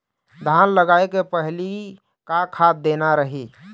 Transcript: धान लगाय के पहली का खाद देना रही?